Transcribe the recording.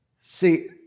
See